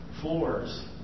floors